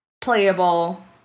playable